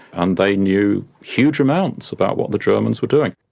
and they knew huge amounts about what the germans were doing.